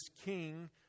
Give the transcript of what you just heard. king